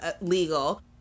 legal